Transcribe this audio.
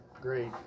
great